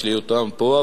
יש לי אותם פה,